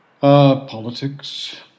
Politics